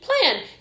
plan